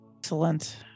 Excellent